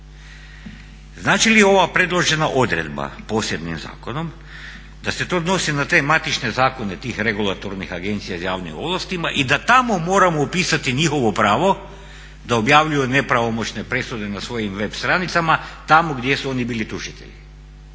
Znači li ova predložena odredba posebnim zakonom da se to odnosi na te matične zakone tih regulatornih agencija s javnim ovlastima i da tamo moramo upisati njihovo pravo da objavljuju nepravomoćne presude na svojim web stranicama tamo gdje su oni bili tužitelji.